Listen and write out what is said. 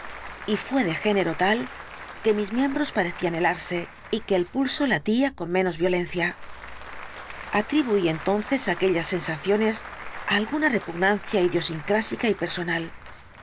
y fué de género tal que mis miembros parecían helarse y que el pulso latía con menos violencia atribuí entonces aquellas sensaciones á alguna repugnancia idiosincrásica y personal